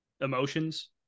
emotions